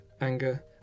anger